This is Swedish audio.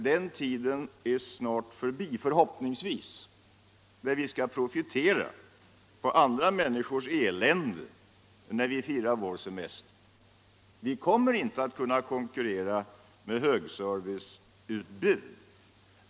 Dessutom är den tiden förhoppningsvis snart förbi då vi profiterar på andra människors elände när vi firar vår semester. Vi kommer inte att kunna konkurrera med högserviceutbud.